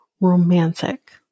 romantic